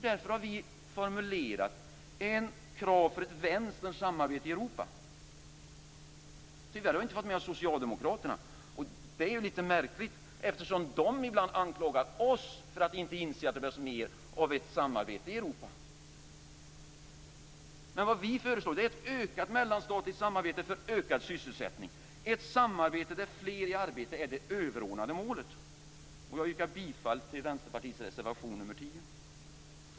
Därför har vi formulerat krav för ett vänsterns samarbete i Europa. Tyvärr har vi inte med oss Socialdemokraterna. Det är lite märkligt eftersom de ibland anklagar oss för att inte inse att det behövs mer samarbete i Europa. Vad vi föreslår är ett ökat mellanstatligt samarbete för ökad sysselsättning, ett samarbete där fler i arbete är det överordnade målet. Jag yrkar bifall till Vänsterpartiets reservation nr 10.